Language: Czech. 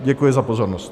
Děkuji za pozornost.